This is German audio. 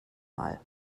mal